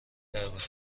درباره